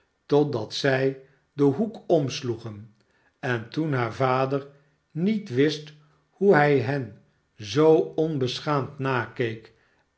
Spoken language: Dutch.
totdat zij den hoek omsloegen en toen haar vader niet wist hoe hij hen zoo onbeschaamd nakeek